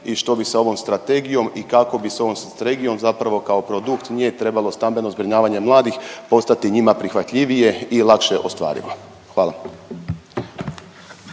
i što bi sa ovom strategijom i kako bi sa ovom strategijom zapravo kao produkt nije trebalo stambeno zbrinjavanje mladih postati njima prihvatljivije i lakše ostvarivo. Hvala.